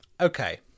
Okay